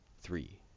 three